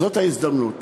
זאת ההזדמנות,